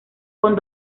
con